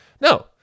No